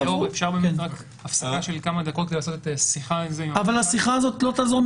אפשר הפסקה של כמה דקות כדי לעשות שיחה --- השיחה הזאת לא תעזור,